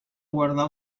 guardar